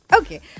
Okay